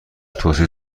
توصیه